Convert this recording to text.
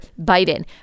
Biden